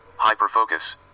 Hyperfocus